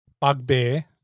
bugbear